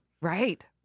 Right